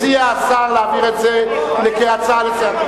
מציע השר להעביר את זה כהצעה לסדר-היום.